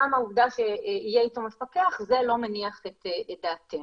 גם העובדה שיהיה אתו מפקח לא מניחה את דעתנו.